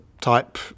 type